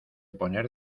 poner